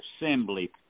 assembly